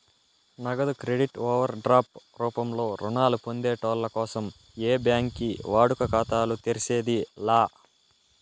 నగదు credit overdraft రూపంలో రుణాలు పొందేటోళ్ళ కోసం ఏ బ్యాంకి వాడుక ఖాతాలు తెర్సేది లా